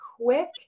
quick